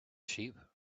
sheep